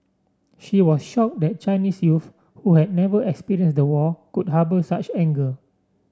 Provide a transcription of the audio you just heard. she was shocked that Chinese youth who have never experienced the war could harbour such anger